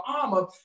armor